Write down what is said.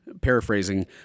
paraphrasing